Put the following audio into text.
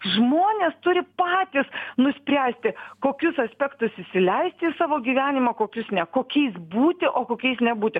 žmonės turi patys nuspręsti kokius aspektus įsileisti į savo gyvenimą kokius ne kokiais būti o kokiais nebūti